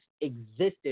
existed